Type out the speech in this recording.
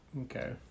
Okay